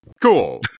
cool